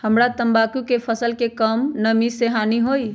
हमरा तंबाकू के फसल के का कम नमी से हानि होई?